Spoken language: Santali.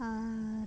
ᱟᱨ